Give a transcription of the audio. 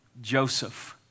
Joseph